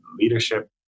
leadership